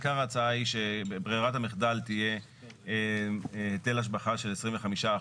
עיקר ההצעה היא שברירת המחדל תהיה היטל השבחה של 25%,